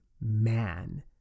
man